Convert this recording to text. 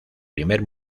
primer